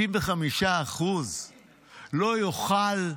65% לא יוכלו